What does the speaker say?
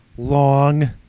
long